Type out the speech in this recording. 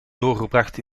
doorgebracht